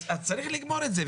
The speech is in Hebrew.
אז צריך לגמור את זה,